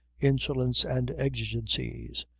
insolence and exigencies.